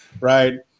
right